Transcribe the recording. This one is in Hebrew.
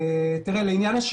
יש להם רישיון עסק,